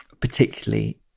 particularly